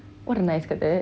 what a nice கதை:katai